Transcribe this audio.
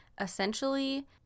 essentially